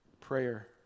Prayer